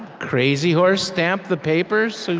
crazy horse stamped the papers? so